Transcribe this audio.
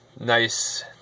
nice